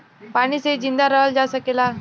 पानी से ही जिंदा रहल जा सकेला